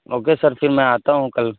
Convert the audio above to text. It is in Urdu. اوکے سر پھر میں آتا ہوں کل